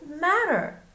matter